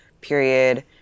period